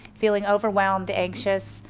feeling overwhelmed, anxious.